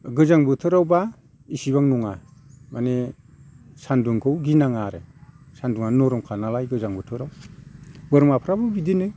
गोजां बोथोरावबा इसेबां नङा माने सानदुंखौ गिनाङा आरो सानदुङा नरमखा नालाय गोजां बोथोराव बोरमाफ्राबो बिदिनो